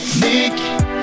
Nick